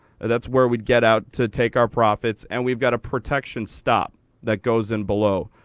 that's where we get out to take our profits. and we've got a protection stop that goes in below.